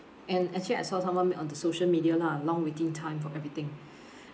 and actually I saw someone make on the social media lah long waiting time for everything